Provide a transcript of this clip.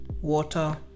water